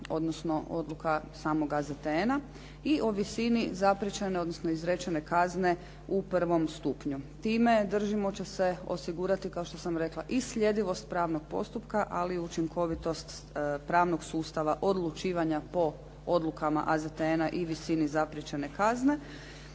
odnosno odluka samoga AZTN-a i o visini zapriječene, odnosno izrečene kazne u prvom stupnju. Time, držimo, će se osigurati kao što sam rekla i slijedivost pravnog postupka, ali i učinkovitost pravnog sustava odlučivanja po odlukama AZTN-a i visini zapriječene kazne,